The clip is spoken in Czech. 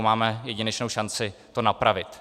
Máme jedinečnou šanci to napravit.